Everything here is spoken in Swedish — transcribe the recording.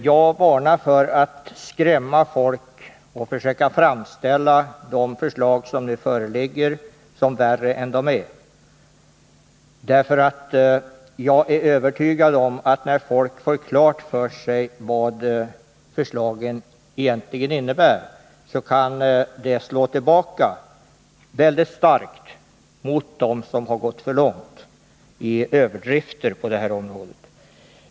Jag varnar för att skrämma folk och försöka framställa de förslag som nu föreligger som värre än de är, därför att jag är övertygad om att det — när människor får klart för sig vad förslagen egentligen innebär — kan slå tillbaka väldigt starkt mot dem som gått för långt i överdrifter på detta område.